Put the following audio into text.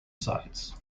sites